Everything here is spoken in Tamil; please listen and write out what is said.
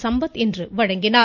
சம்பத் இன்று வழங்கினார்